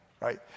right